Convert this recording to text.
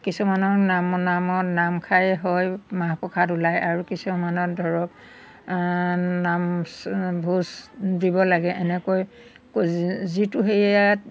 কিছুমানৰ নাম নাম নামষাৰেই হয় মাহ প্ৰসাদ ওলায় আৰু কিছুমানত ধৰক নাম ছ ভোজ দিব লাগে এনেকৈ ক যিটো সেইয়াত